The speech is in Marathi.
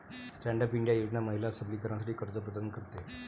स्टँड अप इंडिया योजना महिला सबलीकरणासाठी कर्ज प्रदान करते